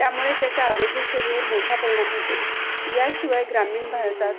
त्यामुळे त्याचा आरोग्यसेवेवर मोठा परिणाम होतो याशिवाय ग्रामीण भारतात